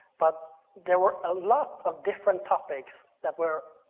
but there were a lot of different topics that were